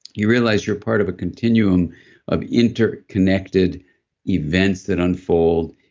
you realize you're part of a continuum of interconnected events that unfold,